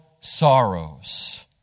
sorrows